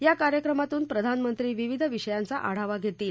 या कार्यक्रमातून प्रधानमंत्री विविध विषयांचा आढावा घेतात